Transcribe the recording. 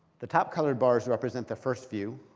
the top colored bars represent the first view.